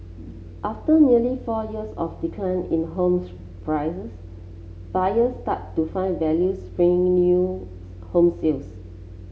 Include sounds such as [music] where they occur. after nearly four years of decline in homes prices buyer started to find value [unintelligible] sales